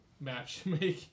matchmaking